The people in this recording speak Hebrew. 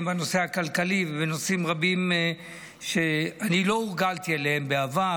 בנושא הכלכלי ונושאים רבים שאני לא הורגלתי אליהם בעבר,